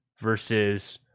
versus